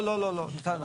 לא לא לא נתן.